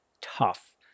tough